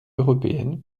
européenne